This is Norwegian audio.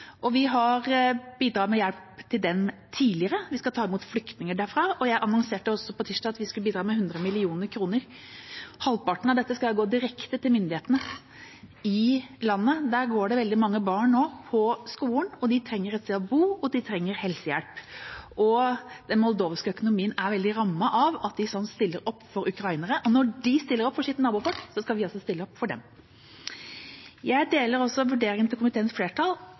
Vi har bidratt med hjelp til dem tidligere, og vi skal ta imot flyktninger derfra. Jeg annonserte også på tirsdag at vi skal bidra med 100 mill. kr. Halvparten av dette skal gå direkte til myndighetene i landet. Der går det nå veldig mange barn på skole, og de trenger et sted å bo, og de trenger helsehjelp. Den moldovske økonomien er veldig hardt rammet av at de stiller opp for ukrainerne, og når de stiller opp for sitt nabofolk, skal vi stille opp for dem. Jeg deler